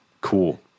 cool